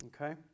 Okay